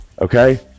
okay